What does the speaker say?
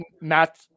Matt